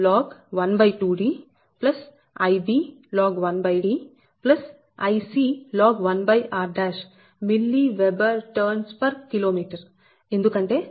4605 Ia log12D Ib log1D Ic log1r mWb Tkm ఎందుకంటే c నుండి a దూరం 2D